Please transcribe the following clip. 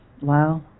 wow